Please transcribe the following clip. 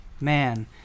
man